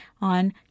on